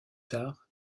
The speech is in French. tard